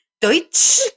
Deutsch